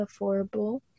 affordable